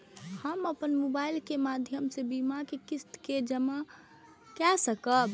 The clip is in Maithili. हम अपन मोबाइल के माध्यम से बीमा के किस्त के जमा कै सकब?